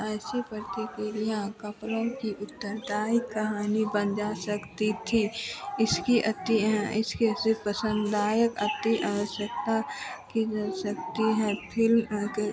ऐसी प्रतिक्रिया कपड़ों की उत्तरदायी कहानी बन जा सकती थी इसकी अत्ती इसकी ऐसी पसंदायक अति आवश्यकता की जा सकती हैं फिर अगर